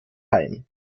heim